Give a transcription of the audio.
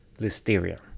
listeria